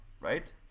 right